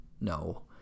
No